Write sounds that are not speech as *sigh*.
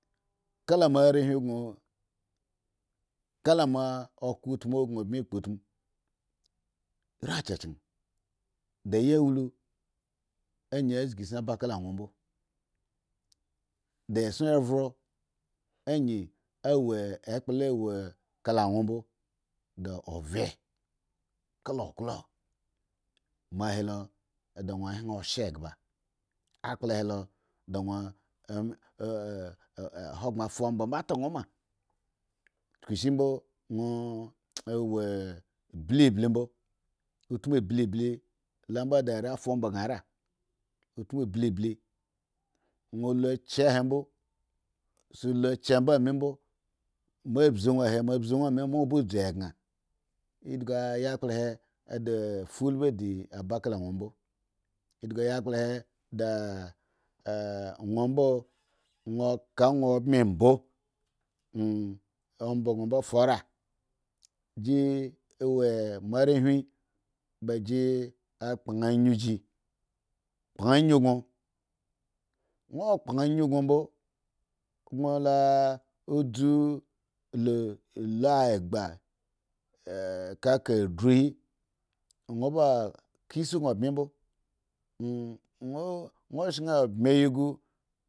Kalamo arehwin gon ka la mo oko timu bmi kpo utmu ri chachen da ayawulu ayin a zga sin baka la won ambo de eson ovre ayin a wo ekpla la wo kaka won mbo da ovye kala oklo mo helo da won hwen sshye egba de *hesitation* ahoghren a fa omba mbo ta won ma chukushin mbo won *hesitation* *noise* wo blibli mbo utmublibli da are mbo fa omba sau ra utmu blibli won lo chre aha mbo lo chre mbo ame mbo mo bzi won aha mo bzi won ame, mo won ba dzu agre a di ta ulbi di aba kala won mbo da won myo won ka won embi mbo *hesitation* amba gon ambo ofara morehwinba ji kpau ayun ji kpan yun gon won kpan yun gon mbo gun la dzu lu egbu *hesitation* kaka adru he won ba kasi gon mbi mowon *hesitation* shan mbi yi gu.